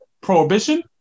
Prohibition